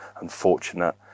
unfortunate